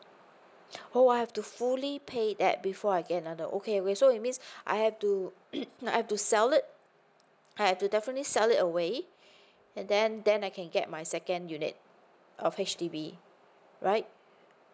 oh I have to fully pay that before I get another okay wait so that means I have to you know I have to sell it I have to definitely sell it away and then then I can get my second unit of H_D_B right